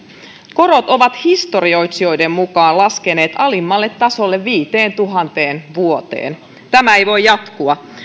korot ovat historioitsijoiden mukaan laskeneet alimmalle tasolle viiteentuhanteen vuoteen tämä ei voi jatkua